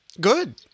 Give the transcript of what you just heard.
Good